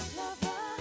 lover